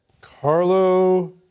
Carlo